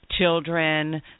children